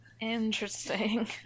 Interesting